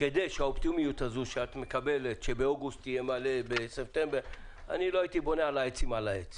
אופטימית לגבי אוגוסט והחגים אבל אני לא בונה על זה